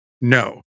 No